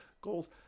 goals